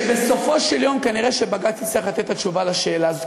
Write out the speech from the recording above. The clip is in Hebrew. שבסופו של יום כנראה בג"ץ יצטרך לתת את התשובה על השאלה הזאת.